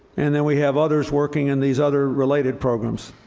and then we have others working in these other related programs.